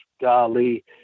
golly